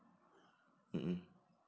mm mm